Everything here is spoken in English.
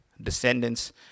descendants